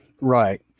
Right